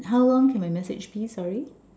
how long can my message be sorry